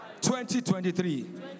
2023